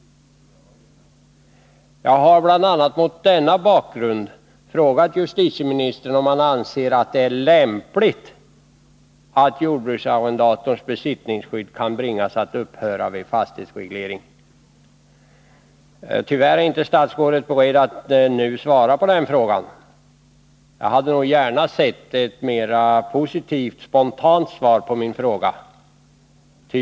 Jag har bl.a. mot den bakgrunden frågat justitieministern om han anser att det är lämpligt att jordbruksarrendatorns besittningsskydd kan bringas att upphöra vid en fastighetsreglering. Tyvärr är statsrådet inte beredd att nu svara på den frågan. Jag hade gärna sett ett mera positivt och spontant svar på min fråga.